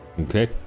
okay